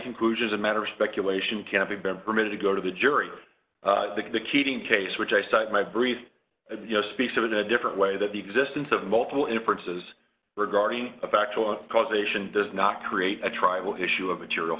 conclusion a matter of speculation campi been permitted to go to the jury that the keating case which i cite my brief speaks of in a different way that the existence of multiple inferences regarding a factual causation does not create a tribal issue of material